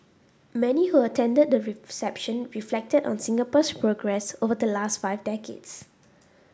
many who attended the reception reflected on Singapore's progress over the last five decades